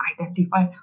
identify